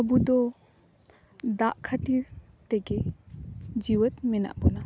ᱟᱵᱩ ᱫᱚ ᱫᱟᱜ ᱠᱷᱟᱹᱛᱤᱨ ᱛᱮᱜᱮ ᱡᱤᱭᱮᱛ ᱢᱮᱱᱟᱜ ᱵᱚᱱᱟ